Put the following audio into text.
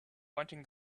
pointing